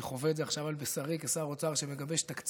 אני חווה את זה עכשיו על בשרי כשר אוצר שמגבש תקציב